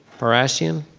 parisien.